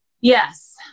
Yes